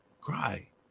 cry